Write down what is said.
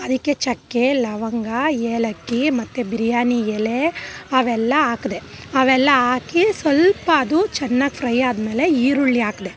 ಅದಕ್ಕೆ ಚಕ್ಕೆ ಲವಂಗ ಏಲಕ್ಕಿ ಮತ್ತು ಬಿರಿಯಾನಿ ಎಲೆ ಅವೆಲ್ಲ ಹಾಕ್ದೆ ಅವೆಲ್ಲ ಹಾಕಿ ಸ್ವಲ್ಪ ಅದು ಚೆನ್ನಾಗ್ ಫ್ರೈ ಆದಮೇಲೆ ಈರುಳ್ಳಿ ಹಾಕ್ದೆ